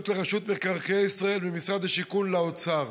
לרשות מקרקעי ישראל ממשרד השיכון לאוצר.